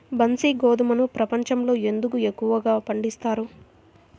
బన్సీ గోధుమను ప్రపంచంలో ఎందుకు ఎక్కువగా పండిస్తారు?